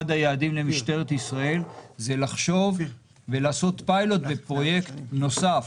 אחד היעדים למשטרת ישראל זה לחשוב ולעשות פיילוט בפרויקט נוסף.